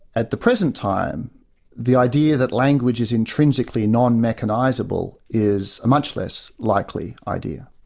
at the present time the idea that language is intrinsically non-mechanizable is a much less likely idea.